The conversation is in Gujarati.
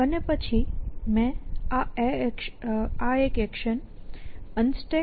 અને પછી મેં આ એક્શન UnStack